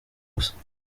gusa